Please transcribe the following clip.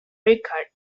record